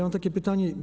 Mam takie pytanie.